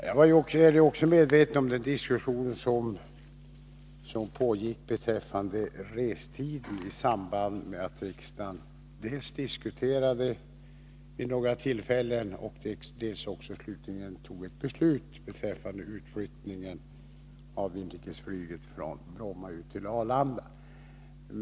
Herr talman! Jag är också väl medveten om den diskussion om restiden som pågick i samband med att riksdagen dels vid några tillfällen debatterade, dels slutligen tog ett beslut beträffande flyttningen av inrikesflyget från Bromma till Arlanda.